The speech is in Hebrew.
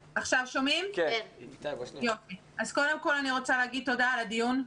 קודם כל אני רוצה להגיד תודה על הדיון.